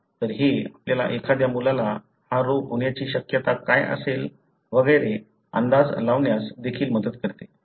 तर हे आपल्याला एखाद्या मुलाला हा रोग होण्याची शक्यता काय असेल वगैरे अंदाज लावण्यास देखील मदत करते